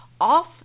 off